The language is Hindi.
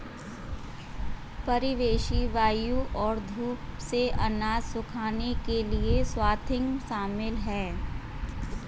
परिवेशी वायु और धूप से अनाज सुखाने के लिए स्वाथिंग शामिल है